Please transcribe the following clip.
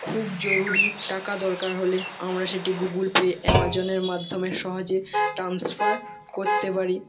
খুব জরুরি টাকা দরকার হলে আমরা সেটি গুগুল পে অ্যামাজনের মাধ্যমে সহজে ট্রান্সফার করতে পারি